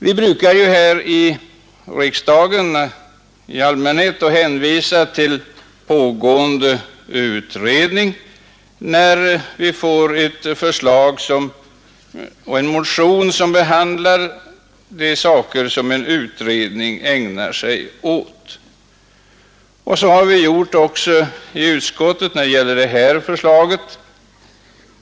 Vi brukar här i riksdagen hänvisa till pågående utredning när en motion som vi får till behandling rör sådana saker som en utredning redan ägnar sig åt. Så har vi gjort i utskottet också när det gäller det här förslaget.